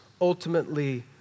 ultimately